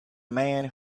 man